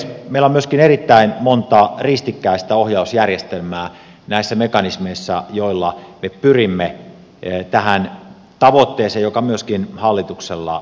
meillä on myöskin erittäin monta ristikkäistä ohjausjärjestelmää näissä mekanismeissa joilla me pyrimme tähän tavoitteeseen joka myöskin hallituksella on